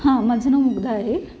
हां माझं नाव मुग्धा आहे